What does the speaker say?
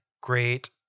great